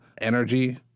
energy